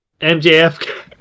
MJF